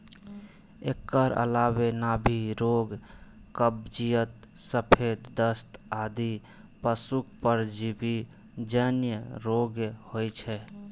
एकर अलावे नाभि रोग, कब्जियत, सफेद दस्त आदि पशुक परजीवी जन्य रोग होइ छै